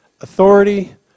authority